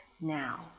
now